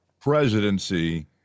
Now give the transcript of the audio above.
presidency